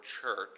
church